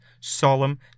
solemn